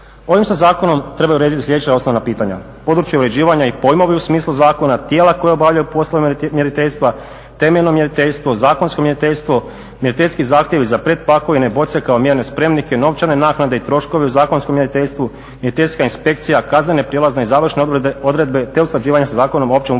Ovim se zakonom trebaju urediti sljedeća osnovna pitanja: područje uređivanje i pojmovi u smislu zakona, tijela koja obavljaju poslove mjeriteljstva, temeljno mjeriteljstvo, zakonsko mjeriteljstvo, mjeriteljski zahtjevi za pretpakovine boce kao mjerne spremnike, novčane naknade i troškovi u zakonskom mjeriteljstvu, mjeriteljska inspekcija, kaznene, prijelazne i završne odredbe, te usklađivanje sa Zakonom o općem upravnom